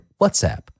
WhatsApp